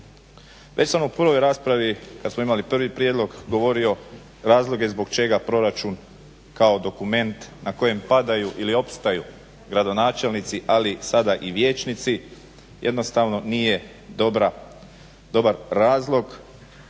Već sam u prvoj raspravi kad smo imali prvi prijedlog govorio razloge zbog čega proračun kao dokument na kojem padaju ili opstaju gradonačelnici, ali sada i vijećnici jednostavno nije dobar razlog